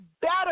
better